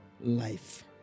life